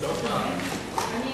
סעיפים 1 3